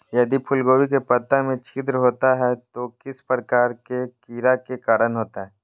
यदि फूलगोभी के पत्ता में छिद्र होता है तो किस प्रकार के कीड़ा के कारण होता है?